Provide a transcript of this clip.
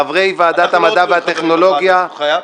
חברי ועדת המדע והטכנולוגיה ------ חייב?